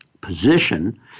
position